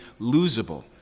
losable